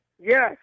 Yes